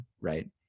right